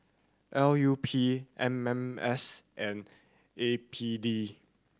L U P M M S and A P D